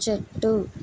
చెట్టు